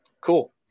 Cool